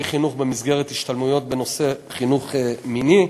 חינוך במסגרת השתלמויות בנושא חינוך מיני.